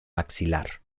maxilar